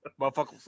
Motherfucker